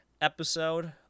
episode